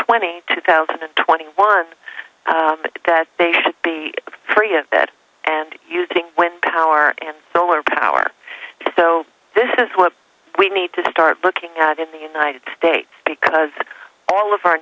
twenty two thousand and twenty one that they should be free of that and using wind power and solar power so this is what we need to start looking at in the united states because all of our